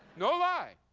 no lie.